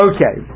Okay